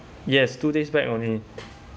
yes two days back only